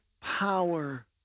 power